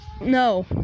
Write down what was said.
no